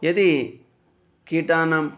यदि कीटानां